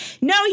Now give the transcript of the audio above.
No